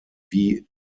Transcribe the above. wie